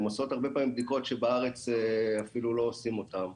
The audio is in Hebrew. הם עושות הרבה פעמים בדיקות שבארץ אפילו לא עושים אותם.